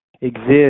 exist